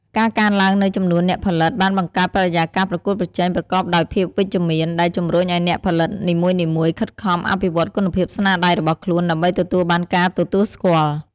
ការកើនឡើងនូវចំនួនអ្នកផលិត បានបង្កើតបរិយាកាសប្រកួតប្រជែងប្រកបដោយភាពវិជ្ជមាន ដែលជំរុញឱ្យអ្នកផលិតនីមួយៗខិតខំអភិវឌ្ឍគុណភាពស្នាដៃរបស់ខ្លួន ដើម្បីទទួលបានការទទួលស្គាល់។